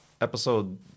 Episode